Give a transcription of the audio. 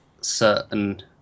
certain